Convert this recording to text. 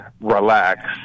relax